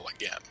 again